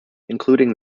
including